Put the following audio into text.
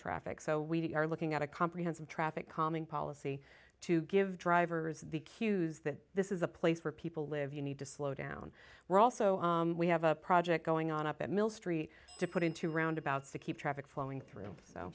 traffic so we are looking at a comprehensive traffic calming policy to give drivers the cues that this is a place where people live you need to slow down we're also we have a project going on up at mill street to put into roundabouts to keep traffic flowing through